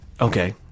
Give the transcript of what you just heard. Okay